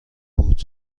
بود